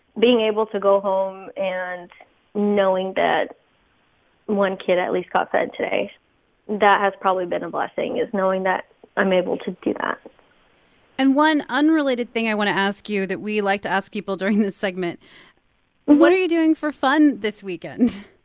being able to go home and knowing that one kid at least got fed today that has probably been a blessing is knowing that i'm able to do that and one unrelated thing i want to ask you that we like to ask people during this segment what are you doing for fun this weekend?